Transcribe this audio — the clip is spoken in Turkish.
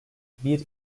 bir